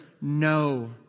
No